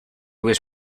was